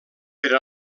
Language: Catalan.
per